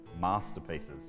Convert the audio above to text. masterpieces